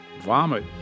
vomit